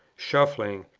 shuffling,